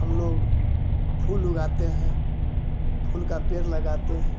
हम लोग फूल उगाते हैं फूल का पेड़ लगाते हैं